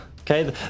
okay